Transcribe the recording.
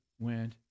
went